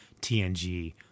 TNG